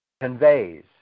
conveys